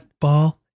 ball